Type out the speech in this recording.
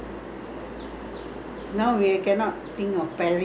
then you after that we have to plan about going to sydney